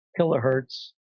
kilohertz